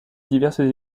diverses